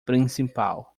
principal